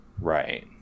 Right